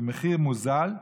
במחיר מוזל,